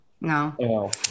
No